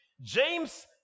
James